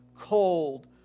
cold